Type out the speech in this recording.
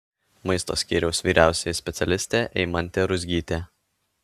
maisto skyriaus vyriausioji specialistė eimantė ruzgytė